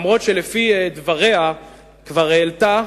אף-על-פי שלפי דבריה כבר העלתה,